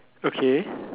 okay